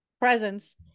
presence